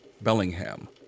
Bellingham